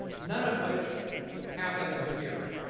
none of which happened here.